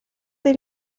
dei